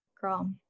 girl